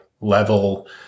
level